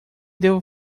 devo